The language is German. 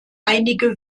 einige